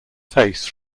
face